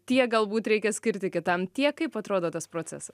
tiek galbūt reikia skirti kitam tiek kaip atrodo tas procesas